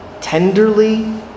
tenderly